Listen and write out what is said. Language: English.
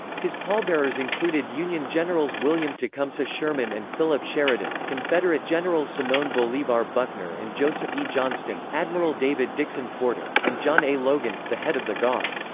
his pallbearers included union generals william tecumseh sherman and philip sheridan, confederate generals simon bolivar buckner and joseph e. johnston, admiral david dixon porter, and john a. logan, the head of the gar.